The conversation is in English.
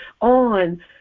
on